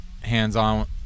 hands-on